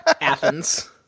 Athens